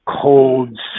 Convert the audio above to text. cold